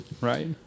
Right